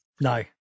No